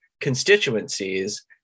constituencies